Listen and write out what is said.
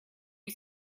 you